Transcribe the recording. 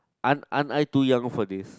aren't aren't I too young for this